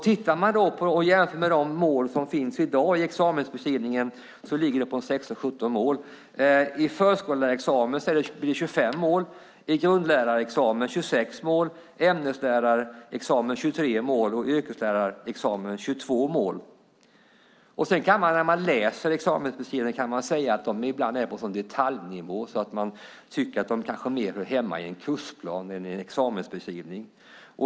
Tittar man på och jämför med de mål som finns i dag i examensbeskrivningen är det 16-17 mål. I förskollärarexamen är det 25 mål, i grundlärarexamen är det 26 mål, i ämneslärarexamen är det 23 mål och i yrkeslärarexamen är det 22 mål. När man läser examensbeskrivningarna ser man att målen ibland är på en sådan detaljnivå att man kan tycka att de kanske mer hör hemma i en kursplan än i en examensbeskrivning.